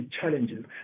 challenges